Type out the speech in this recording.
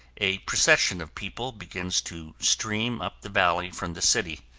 a procession of people begins to stream up the valley from the city.